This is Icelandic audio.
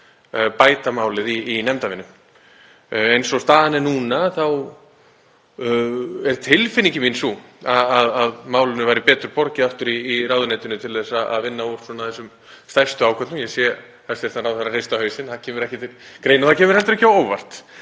bæta málið í nefndarvinnu. Eins og staðan er núna þá er tilfinning mín sú að málinu væri betur borgið aftur í ráðuneytinu til að vinna úr þessum stærstu ágöllum. Ég sé hæstv. ráðherra hrista hausinn; það kemur ekki til greina. Það kemur heldur ekki á óvart,